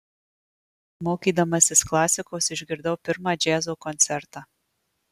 mokydamasis klasikos išgirdau pirmą džiazo koncertą